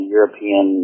European